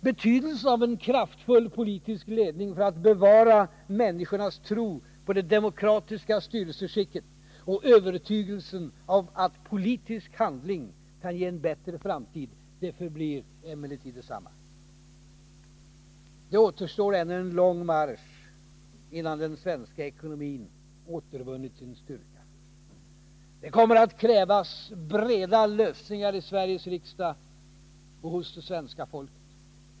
Betydelsen av en kraftfull politisk ledning för att bevara människornas tro på det demokratiska styrelseskicket och övertygelsen att politisk handling kan ge en bättre framtid förblir emellertid densamma. Det återstår ännu en lång marsch innan den svenska ekonomin återvunnit sin styrka. Det kommer att krävas breda lösningar i Sveriges riksdag och hos det svenska folket.